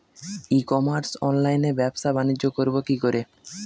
ই commerce অনলাইনে ব্যবসা বানিজ্য করব কি করে?